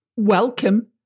Welcome